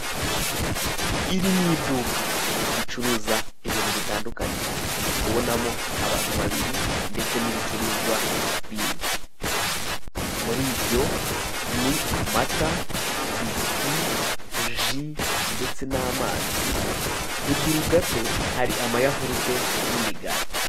Iri n'iduka ricuruza ibintu bitandukanye, ndikubonamo abantu babiri ndetse n'ibicuruzwa bindi. Mur'ibyo ni amata, biswi, ji ndetse n'amazi. Ruguru gato hari ama yahurute n'imigati.